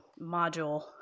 Module